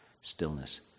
stillness